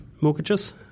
mortgages